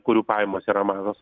kurių pajamos yra mažos